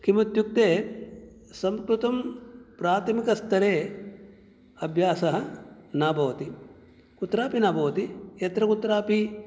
किम् इत्युक्ते संस्कृतं प्राथमिकस्थरे अभ्यासः न भवति कुत्रापि न भवति यत्र कुत्रापि